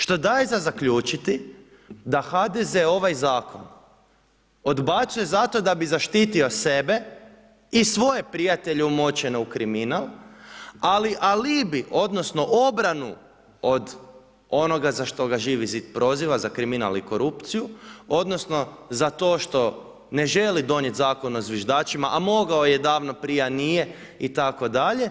Što daje da zaključiti da HDZ ovaj zakon odbacuje da bi zaštitio sebe i svoje prijatelje umočene u kriminal, ali alibi odnosno obranu od onoga za što ga Živi zid proziva, za kriminal i korupciju, odnosno, to što ne želi donijeti Zakon o zviždačima, a mogao je davno prije, a nije, itd.